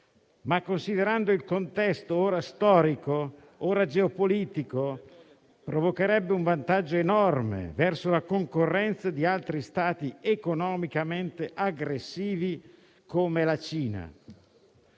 ma, considerando il contesto - ora storico, ora geopolitico - provocherebbe un vantaggio enorme verso la concorrenza di altri Stati economicamente aggressivi come la Cina.